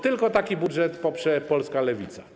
Tylko taki budżet poprze polska Lewica.